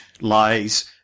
lies